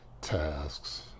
tasks